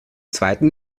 zweiten